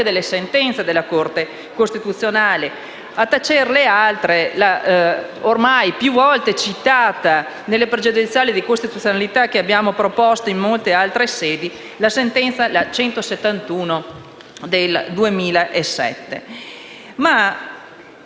dalle sentenze della Corte costituzionale. Ricordo, a tacer le altre, la ormai più volte citata nelle pregiudiziali di costituzionalità che abbiamo proposto in molte altre sedi, la sentenza n. 171 del 2007.